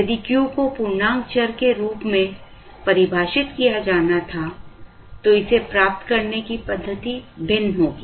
यदि Q को पूर्णांक चर के रूप में परिभाषित किया जाना था तो इसे प्राप्त करने की पद्धति भिन्न होगी